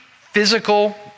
physical